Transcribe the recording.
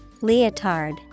Leotard